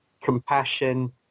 compassion